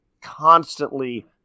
constantly